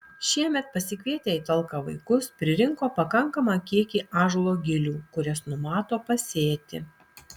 šiemet pasikvietę į talką vaikus pririnko pakankamą kiekį ąžuolo gilių kurias numato pasėti